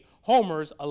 homers